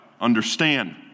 understand